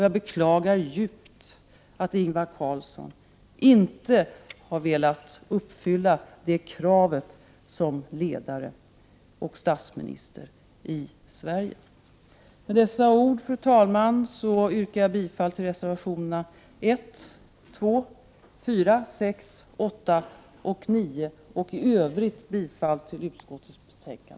Jag beklagar djupt att Ingvar Carlsson inte har velat uppfylla det kravet som ledare och statsminister i Sverige. Med dessa ord, fru talman, yrkar jag bifall till reservationerna 1, 2, 4,6,8 och 9 samt i övrigt bifall till utskottets hemställan.